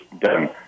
done